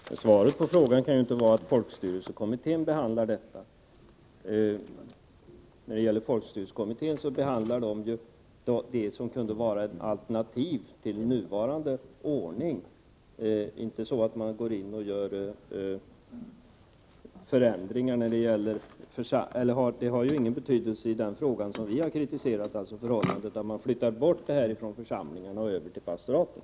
Herr talman! Svaret på frågan kan ju inte vara att folkstyrelsekommittén behandlar den. Folkstyrelsekommittén behandlar ju det som kunde vara ett alternativ till den nuvarande ordningen. Det har ingen betydelse i den fråga som vi har kritiserat, nämligen att man flyttar valen bort från församlingarna och över till pastoraten.